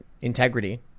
integrity